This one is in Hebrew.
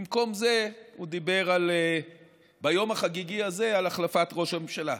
במקום זה הוא דיבר ביום החגיגי הזה על החלפת ראש הממשלה.